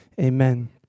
amen